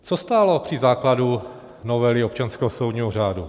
Co stálo při základu novely občanského soudního řádu?